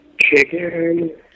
Chicken